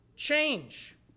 Change